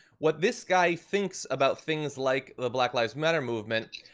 what this guy thinks about things like the black lives matter movement,